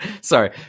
Sorry